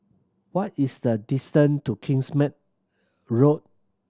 what is the distance to Kingsmead Road